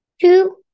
Two